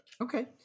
Okay